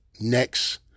next